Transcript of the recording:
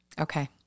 Okay